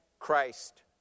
...Christ